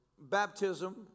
baptism